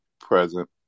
present